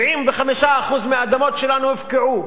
75% מהאדמות שלנו הופקעו,